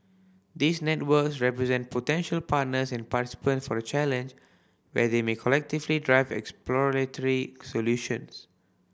these networks represent potential partners and participants for the challenge where they may collectively drive exploratory solutions